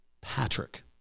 Patrick